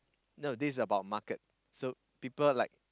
no this about market so people like